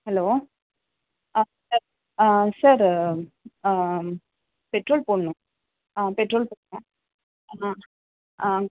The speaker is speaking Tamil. ஹலோ ஆ சார் ஆ சார் பெட்ரோல் போடணும் ஆ பெட்ரோல் போடணும் ஆ ஆ